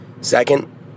Second